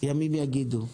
ימים יגידו.